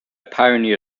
pioneer